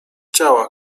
ciała